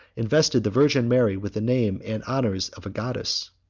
invested the virgin mary with the name and honors of a goddess.